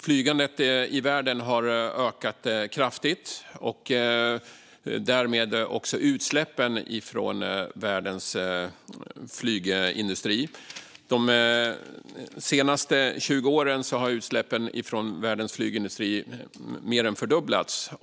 Flygandet i världen har ökat kraftigt och därmed också utsläppen från världens flygindustri. De senaste 20 åren har utsläppen från världens flygindustri mer än fördubblats.